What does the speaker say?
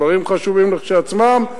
דברים חשובים כשלעצמם,